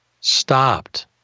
stopped